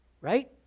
right